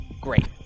Great